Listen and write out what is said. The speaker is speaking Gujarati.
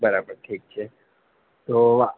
બરાબર ઠીક છે તો